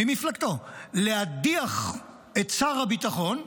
ממפלגתו, להדיח את שר הביטחון.